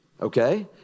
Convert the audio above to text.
okay